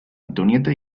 antonieta